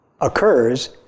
occurs